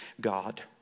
God